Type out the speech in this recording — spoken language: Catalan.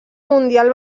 mundial